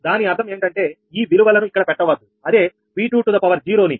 దాని అర్థం ఏంటంటే ఈ విలువలను ఇక్కడ పెట్టవద్దు అదే 𝑉20 ని